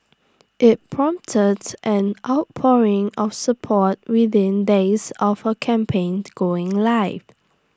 IT prompted an outpouring of support within days of her campaign going live